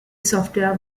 software